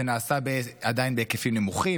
זה עדיין נעשה בהיקפים נמוכים.